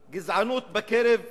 הגזענות בקרב בני-הנוער,